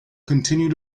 continue